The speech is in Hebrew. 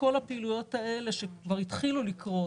כל הפעילויות האלה שכבר התחילו לקרות,